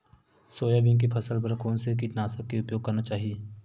Soybean के फसल बर कोन से कीटनाशक के उपयोग करना चाहि?